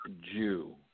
jew